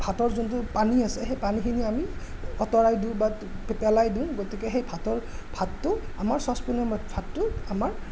ভাতৰ যোনটো পানী আছে সেই পানীখিনি আমি আতঁৰাই দিওঁ বা পেলাই দিওঁ গতিকে সেই ভাতৰ ভাতটো আমাৰ চছপেনৰ ভাতটো আমাৰ